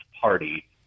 party